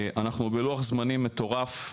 אנחנו בלוח זמנים מטורף.